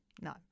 No